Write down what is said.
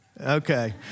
Okay